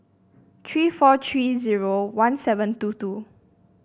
three four three zero one seven two two